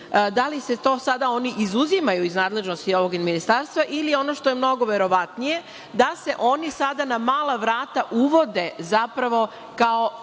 da li se to sada oni izuzimaju iz nadležnosti ovog ministarstva ili ono što je mnogo verovatnije, da se oni sada na mala vrata uvode zapravo kao